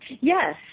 Yes